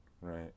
Right